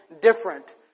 different